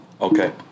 Okay